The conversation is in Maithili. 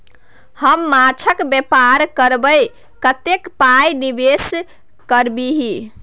हम माछक बेपार करबै कतेक पाय निवेश करबिही?